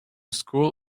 school